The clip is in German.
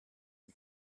die